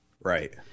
Right